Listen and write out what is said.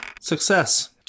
Success